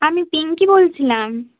আমি পিংকি বলছিলাম